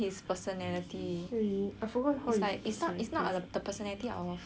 is like it's not the personality that I will fall in love with that kind